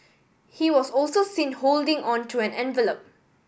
he was also seen holding on to an envelop